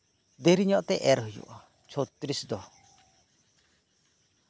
ᱫᱮᱨᱤᱧᱮᱜ ᱛᱮ ᱮᱨ ᱦᱩᱭᱩᱜ ᱪᱷᱚᱛᱨᱤᱥ ᱫᱚ